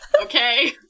Okay